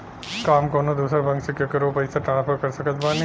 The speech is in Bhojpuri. का हम कउनों दूसर बैंक से केकरों के पइसा ट्रांसफर कर सकत बानी?